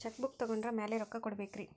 Check book ತೊಗೊಂಡ್ರ ಮ್ಯಾಲೆ ರೊಕ್ಕ ಕೊಡಬೇಕರಿ?